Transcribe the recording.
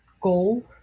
goal